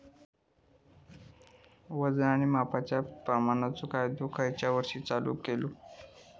वजन आणि मापांच्या प्रमाणाचो कायदो खयच्या वर्षी चालू केलो?